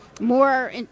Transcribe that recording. more